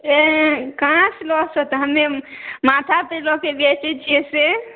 एह कहाँसँ लॉस हेतै हमे माथापर लऽ कऽ बेचै छियै से